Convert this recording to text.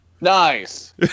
Nice